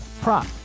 prop